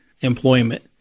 employment